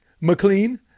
McLean